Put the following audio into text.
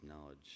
knowledge